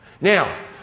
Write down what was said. now